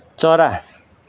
चरा